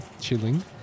chilling